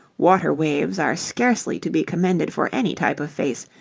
water-waves are scarcely to be commended for any type of face,